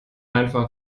einfach